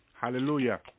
Hallelujah